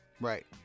Right